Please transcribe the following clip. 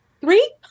Three